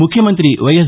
ముఖ్యమంత్రి వైఎస్